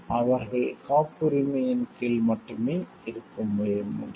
அவர்கள் காப்புரிமையின் கீழ் மட்டுமே இருக்க முடியும்